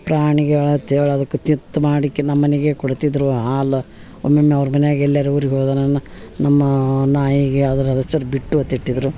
ಪ್ರಾಣಿಗಳು ಆತು ಹೇಳದಕ್ಕೆ ತಿತ್ ಮಾಡಿಕೆ ನಮ್ಮನಿಗೆ ಕೋಡ್ತಿದ್ದರು ಹಾಲ ಒಮ್ಮೊಮ್ಮೆ ಅವ್ರ ಮನ್ಯಾಗ ಎಲ್ಯಾರು ಊರಿಗೆ ಹೋದ ನನ್ನ ನಮ್ಮ ನಾಯಿಗೆ ಅದ್ರ ಹೆಸರು ಬಿಟ್ಟು ಅತ ಇಟ್ಟಿದ್ದರು